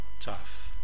tough